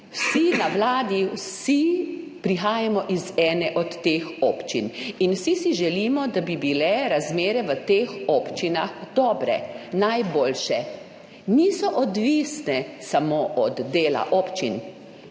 vsi na Vladi, vsi prihajamo iz ene od teh občin in vsi si želimo, da bi bile razmere v teh občinah dobre, najboljše. Niso odvisne samo od dela občin,